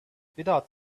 without